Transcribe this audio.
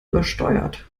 übersteuert